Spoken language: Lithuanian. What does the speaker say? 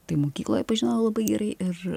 tai mokykloje pažinojau labai gerai ir